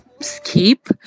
skip